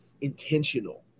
intentional